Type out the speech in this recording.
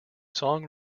song